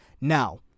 Now